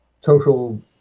social